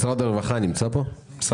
משרד הרווחה נמצא כאן.